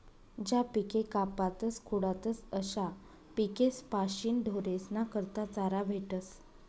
ज्या पिके कापातस खुडातस अशा पिकेस्पाशीन ढोरेस्ना करता चारा भेटस